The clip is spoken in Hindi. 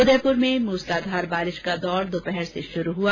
उदयपुर में मूसलाधार बारिश का दौर दोपहर से शुरू हुआ